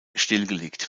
stillgelegt